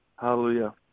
hallelujah